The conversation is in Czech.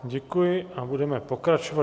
Děkuji a budeme pokračovat.